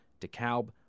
DeKalb